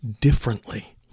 differently